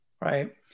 right